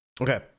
Okay